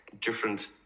different